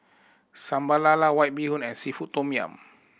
Sambal Lala White Bee Hoon and seafood tom yum